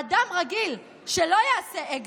אדם רגיל שלא יעשה אקזיט: